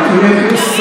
יריב, יריב, את הבמה.